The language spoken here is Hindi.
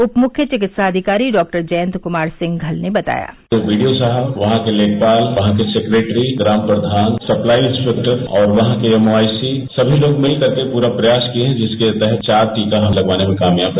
उप मुख्य चिकित्साधिकारी डॉ जयंत कुमार सिंघल ने बताया बीडियो साहब वहां के लेखपाल वहां के सेक्रेटरी ग्राम प्रधान सप्लाई इंसपेक्टर और वहां के एम वाई सी सभी लोग मिलकर प्ररा प्रयास किए हैं जिसके तहत चार टीका लगवाने में कामयाब रहे